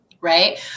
right